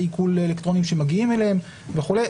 עיקול אלקטרוניים שמגיעים אליהם וכולי.